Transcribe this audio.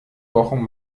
wochen